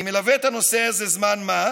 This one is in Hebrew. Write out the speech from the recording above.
אני מלווה את הנושא הזה זמן מה,